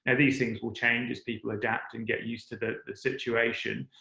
and these things will change as people adapt and get used to the situation.